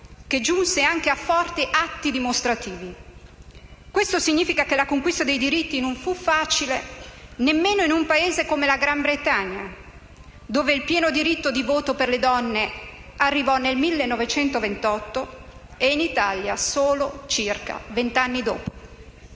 che giunse anche a forti atti dimostrativi. Questo significa che la conquista dei diritti non fu facile nemmeno in un Paese come la Gran Bretagna, dove il pieno diritto di voto per le donne arrivò nel 1928, e in Italia solo circa vent'anni dopo.